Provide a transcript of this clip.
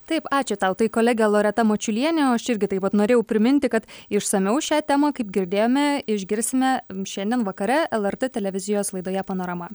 taip ačiū tau tai kolegė loreta mačiulienė o aš irgi taip pat norėjau priminti kad išsamiau šią temą kaip girdėjome išgirsime šiandien vakare lrt televizijos laidoje panorama